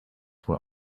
were